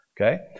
Okay